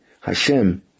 Hashem